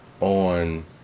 on